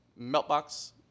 Meltbox